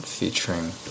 featuring